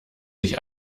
sich